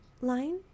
line